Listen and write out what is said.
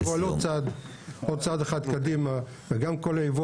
שתחשבו על עוד צעד אחד קדימה וגם כל הייבוא